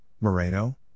Moreno